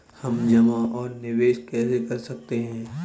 हम जमा और निवेश कैसे कर सकते हैं?